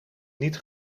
niet